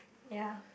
ya